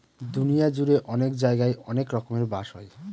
দুনিয়া জুড়ে অনেক জায়গায় অনেক রকমের বাঁশ হয়